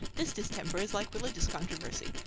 this distemper is like religious controversy,